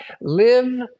Live